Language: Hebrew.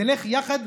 נלך יחד,